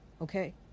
okay